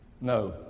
No